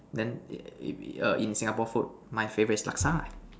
then it err in Singapore food my favorite is Laksa lah